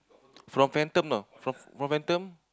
from phantom know from phantom